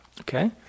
Okay